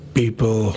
people